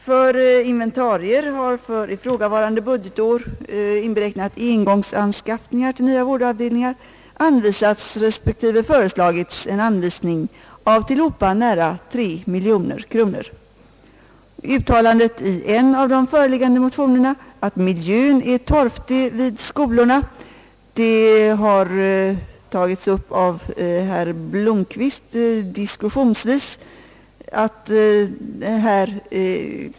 För inventarier har för ifrågavarande budgetår — inberäknat engångsanskaffningar till nya vårdavdelningar — anvisats respektive föreslagits tillhopa 3 miljoner kronor. Uttalandet i en av de föreliggande motionerna att miljön är torftig vid skolorna har redan bemötts av herr Blomquist diskussionsvis.